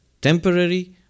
temporary